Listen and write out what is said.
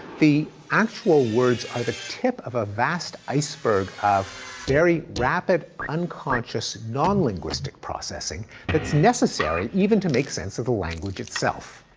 the actual words are the tip of a vast iceberg of a very rapid, unconscious, non-linguistic processing that's necessary even to make sense of the language itself.